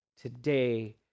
today